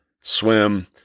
swim